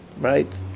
Right